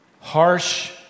harsh